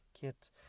kit